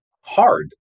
hard